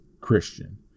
Christian